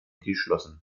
geschlossen